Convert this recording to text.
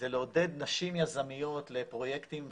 זה לעודד נשים יזמיות לפרויקטים חדשניים.